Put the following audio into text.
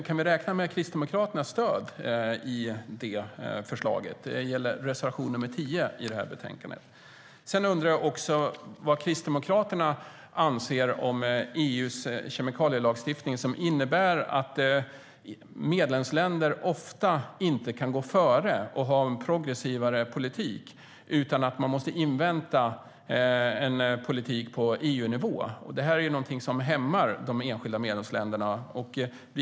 Kan vi räkna med Kristdemokraternas stöd i det förslaget? Det gäller reservation 10 i betänkandet. Jag undrar också vad Kristdemokraterna anser om EU:s kemikalielagstiftning som innebär att medlemsländer ofta inte kan gå före och ha en progressivare politik. Man måste invänta en politik på EU-nivå, och det här är någonting som hämmar de enskilda medlemsländerna.